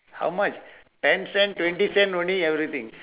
how much ten cent twenty cent only everything